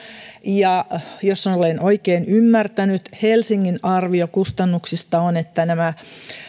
ja jos olen oikein ymmärtänyt helsingin arvio kustannuksista on että näiden